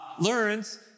learns